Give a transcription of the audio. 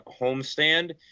homestand